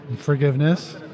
Forgiveness